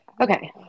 okay